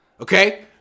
Okay